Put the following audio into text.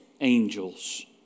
angels